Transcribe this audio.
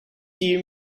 you